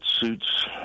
suits